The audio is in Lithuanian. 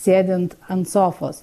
sėdint ant sofos